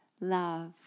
love